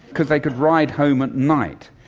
because they could ride home at night.